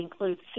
includes